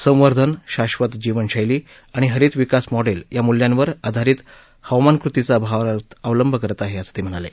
संवर्धन शाश्वात जीवन शैली आणि हरित विकास मॉडेल या मूल्यांवर आधारित हवामान कृतीचा भारत अवलंब करत आहे असं ते म्हणाले